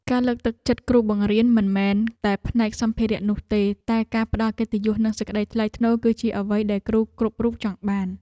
ការលើកទឹកចិត្តគ្រូបង្រៀនមិនមែនមានតែផ្នែកសម្ភារៈនោះទេតែការផ្តល់កិត្តិយសនិងសេចក្តីថ្លៃថ្នូរគឺជាអ្វីដែលគ្រូគ្រប់រូបចង់បាន។